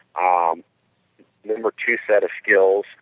um number two set of skills,